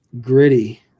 gritty